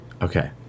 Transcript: Okay